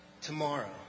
tomorrow